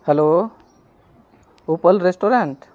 hello Upal restaurant